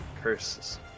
Curses